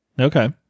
Okay